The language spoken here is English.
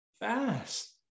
fast